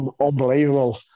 Unbelievable